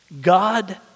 God